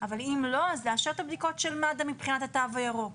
אבל אם לא אז לאשר את הבדיקות של מד"א מבחינת התו הירוק.